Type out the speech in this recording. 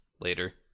later